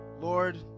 Lord